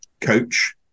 coach